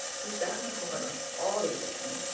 who sat in a corner all the evening,